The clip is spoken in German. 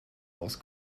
aus